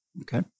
Okay